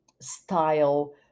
style